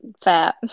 Fat